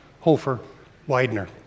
Hofer-Widener